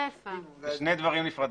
אלה שני דברים נפרדים.